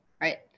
right